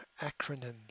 acronyms